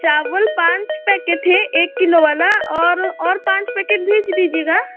चावल पाँच पैकेट है एक किलो वाला और और पाँच पेटी भेज दीजिएगा